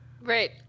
Right